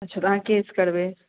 अच्छा तऽ अहाँ केस करबै